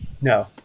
No